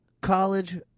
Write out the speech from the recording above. college